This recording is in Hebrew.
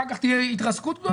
אחר כך תהיה התרסקות גדולה,